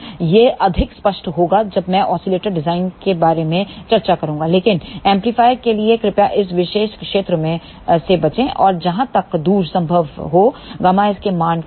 यह अधिक स्पष्ट होगा जब मैं ओसीलेटर डिजाइन के बारे में चर्चा करूंगा लेकिन एम्पलीफायर के लिए कृपया इस विशेष क्षेत्र से बचें और जहां तक दूर संभव हो Γs के मान को लें